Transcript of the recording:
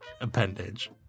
appendage